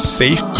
safe